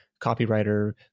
copywriter